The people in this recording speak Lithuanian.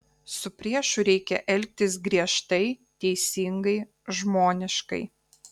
su priešu reikia elgtis griežtai teisingai žmoniškai